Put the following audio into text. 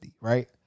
right